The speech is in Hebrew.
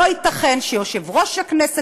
לא ייתכן שיושב-ראש הכנסת,